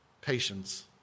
patience